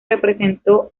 representó